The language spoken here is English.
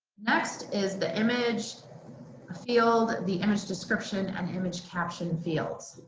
next is the image field, the image description and image caption fields.